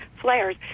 flares